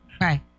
Right